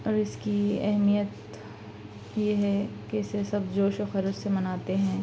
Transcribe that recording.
اور اس کی اہمیت یہ ہے کہ اسے سب جوش و خروش سے مناتے ہیں